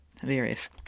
Hilarious